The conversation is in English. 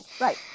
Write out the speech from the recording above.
right